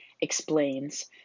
explains